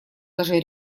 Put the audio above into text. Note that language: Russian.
даже